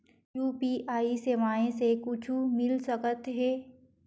UPI सेवाएं से कुछु मिल सकत हे?